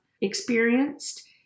experienced